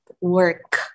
work